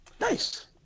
Nice